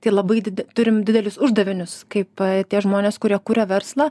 tai labai didi turim didelius uždavinius kaip tie žmonės kurie kuria verslą